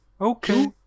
Okay